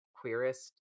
queerest